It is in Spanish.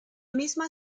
misma